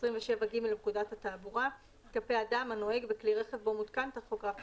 27ג לפקודת התעבורה כלפי אדם הנוהג בכלי רכב בו מותקן טכוגרף דיגיטלי,